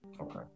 Okay